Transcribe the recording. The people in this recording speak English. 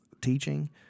teaching